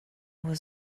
will